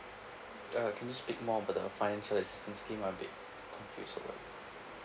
uh can you speak more about the financial assistance scheme I'm a bit confused about it